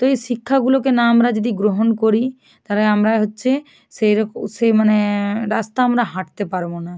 তো এই শিক্ষাগুলোকে না আমরা যদি গ্রহণ করি তাহলে আমরা হচ্ছে সেইরক সে মানে রাস্তা আমরা হাঁটতে পারবো না